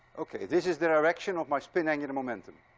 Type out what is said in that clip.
okay, this is the direction of my spin angular momentum